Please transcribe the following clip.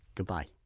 goodbye